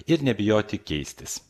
ir nebijoti keistis